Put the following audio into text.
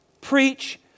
Preach